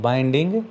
Binding